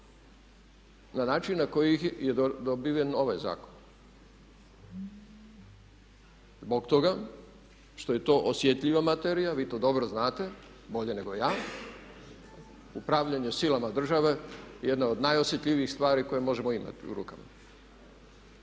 na način na koji je dobiven ovaj zakon. Zbog toga što je to osjetljiva materija, vi to dobro znate, bolje nego ja, upravljanje silama države je jedna od najosjetljivijih stvari koje možemo imati u rukama.